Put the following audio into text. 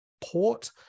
port